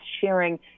sharing